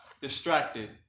distracted